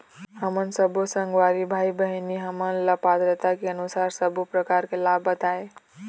हमन सब्बो संगवारी भाई बहिनी हमन ला पात्रता के अनुसार सब्बो प्रकार के लाभ बताए?